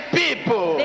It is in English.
people